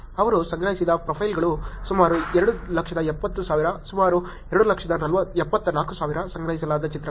ಅವರು ಸಂಗ್ರಹಿಸಿದ ಪ್ರೊಫೈಲ್ಗಳು ಸುಮಾರು 270000 ಸುಮಾರು 274000 ಸಂಗ್ರಹಿಸಲಾದ ಚಿತ್ರಗಳು